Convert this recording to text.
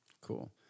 cool